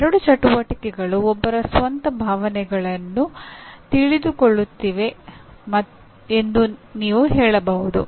ಈ ಎರಡು ಚಟುವಟಿಕೆಗಳು ಒಬ್ಬರ ಸ್ವಂತ ಭಾವನೆಗಳನ್ನು ತಿಳಿದುಕೊಳ್ಳುತ್ತಿವೆ ಎಂದು ನೀವು ಹೇಳಬಹುದು